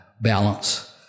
balance